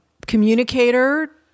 communicator